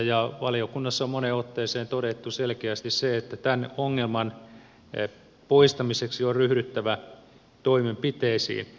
ja valiokunnassa on moneen otteeseen todettu selkeästi se että tämän ongelman poistamiseksi on ryhdyttävä toimenpiteisiin